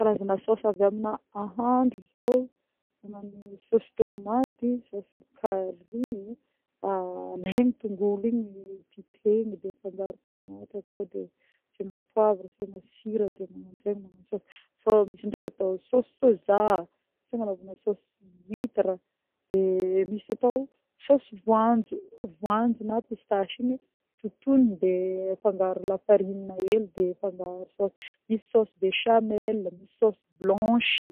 Karazagna sôsy avy amina ahandro zô: magnano sôsy tômaty, sôsy carry, aleny tongolo igny titehigna de afangaro tômaty akô de asiagna poivra, asiagna sira de magnanje magnano sôsy fô misy ndreka atô sôsy soja, misy agnanôvana sôsy huître de misy atô sôsy voanjo voanjo na pistasy igny totona de afangaro lafariny hely de afangaro sôsy misy sôsy béchamel, misy sôsy blanche.